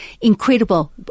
incredible